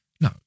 No